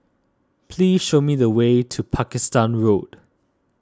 please show me the way to Pakistan Road